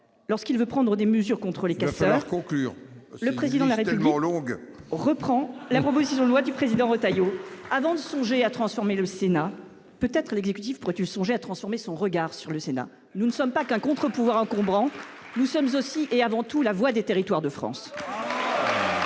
Lorsqu'il veut prendre des mesures contre les casseurs, il reprend la proposition de loi du président Retailleau. Avant de songer à transformer le Sénat, peut-être l'exécutif devrait-il songer à transformer son regard sur le Sénat. Nous ne sommes pas qu'un contre-pouvoir encombrant ; nous sommes aussi et avant tout la voix des territoires de France